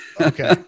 Okay